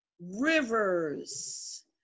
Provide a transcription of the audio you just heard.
rivers